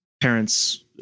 parents